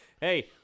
Hey